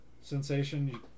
sensation